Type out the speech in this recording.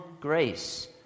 grace